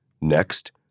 Next